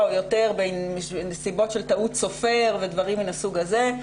ויותר מסיבות של טעות סופר ודברים מן הסוג הזה.